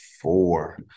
four